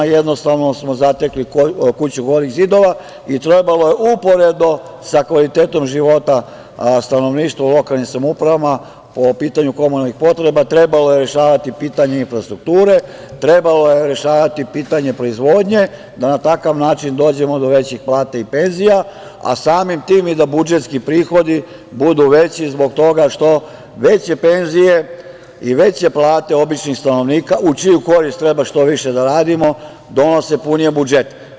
Jednostavno smo zatekli kuću golih zidova i trebalo je, uporedo sa kvalitetom životom, stanovništvo u lokalnim samoupravama, po pitanju komunalnih potreba, rešavati pitanje infrastrukture, trebalo je rešavati pitanje proizvodnje da na takav način dođemo do većih plata i penzija, a samim tim i da budžetski prihodi budu veći zbog toga što veće penzije i veće plate običnih stanovnika, u čiju korist treba što više da radimo, donose punije budžete.